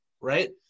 right